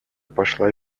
пошла